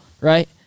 right